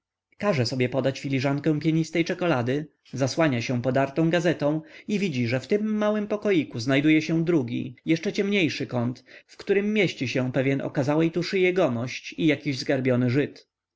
każe sobie podać filiżankę pienistej czekolady zasłania się podartą gazetą i widzi że w tym małym pokoiku znajduje się drugi jeszcze ciemniejszy kąt w którym mieści się pewien okazałej tuszy jegomość i jakiś zgarbiony żyd